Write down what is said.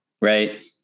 Right